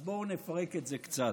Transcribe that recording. אז בואו נפרק את זה קצת: